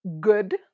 good